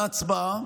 הייתה הצבעה,